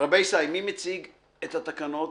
מי מציג את התקנות?